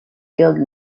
killed